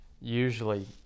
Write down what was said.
usually